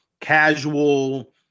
casual